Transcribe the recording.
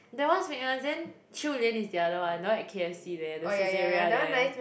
that one famous then Qiu-Lian is the other one the one at k_f_c there the Saizeriya there